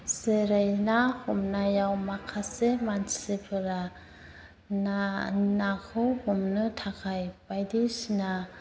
जेरै ना हमनायाव माखासे मानसिफोरा नाखौ हमनो थाखाय बायदिसिना